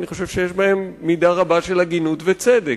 ואני חושב שיש בהם מידה רבה של הגינות וצדק.